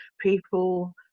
people